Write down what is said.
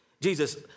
Jesus